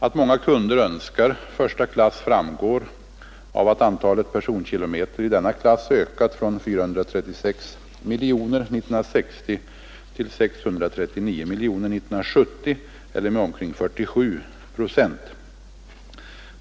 Att många kunder önskar första klass framgår av att antalet personkilometer i denna klass ökat från 436 miljoner 1960 till 639 miljoner 1970 eller med omkring 47 procent.